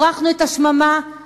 הפרחנו את השממה,